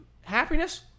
happiness